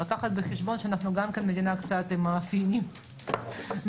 לקחת בחשבון שאנחנו מדינה עם מאפיינים מיוחדים.